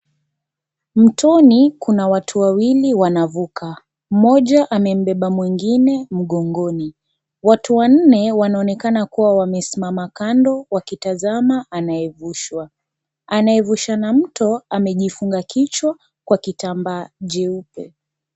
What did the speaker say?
Mtoni kuna watu wawili wanavuka, mmoja amembeba mwingine mgongoni, watu wanne wanaonekana kuwa wamesimama kando wakitazama anayevushwa, anayevushana mto amejifunga kichwa kwa kitambaa jeupe.